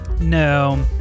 No